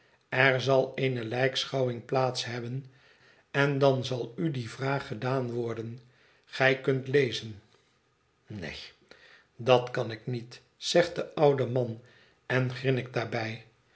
er zal eene lijkschouwing plaats hebben en dan zal u die vraag gedaan worden gij kunt lezen neen dat kan ik niet zegt de oude man en grinnikt daarbij